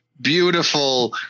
beautiful